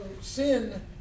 sin